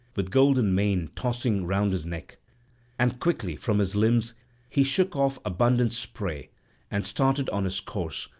with golden mane tossing round his neck and quickly from his limbs he shook off abundant spray and started on his course,